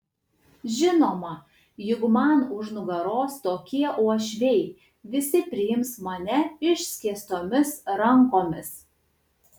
žinoma juk man už nugaros tokie uošviai visi priims mane išskėstomis rankomis